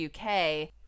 UK